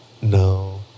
No